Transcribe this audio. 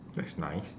that's nice